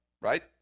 right